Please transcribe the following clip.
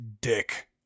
Dick